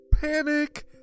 Panic